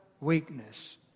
weakness